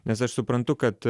nes aš suprantu kad